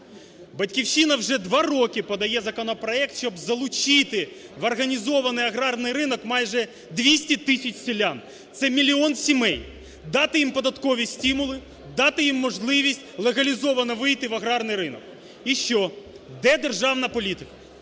"Батьківщина" вже два роки подає законопроект, щоб залучити в організований аграрний ринок майже 200 тисяч селян – це мільйон сімей. Дати їм податкові стимули, дати їм можливість легалізовано вийти в аграрний ринок. І що, де державна політика?